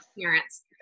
parents